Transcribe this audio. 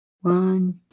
one